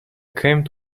came